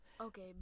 Okay